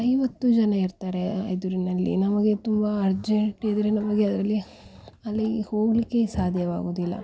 ಐವತ್ತು ಜನ ಇರ್ತಾರೆ ಎದುರಿನಲ್ಲಿ ನಮಗೆ ತುಂಬ ಅರ್ಜೆಂಟ್ ಇದ್ದರೆ ನಮಗೆ ಅದರಲ್ಲಿ ಅಲ್ಲಿ ಹೋಗಲಿಕ್ಕೆ ಸಾಧ್ಯವಾಗುವುದಿಲ್ಲ